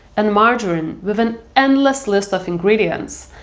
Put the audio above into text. and margarine, with an endless list of ingredients,